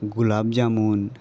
gulab jamun